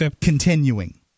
continuing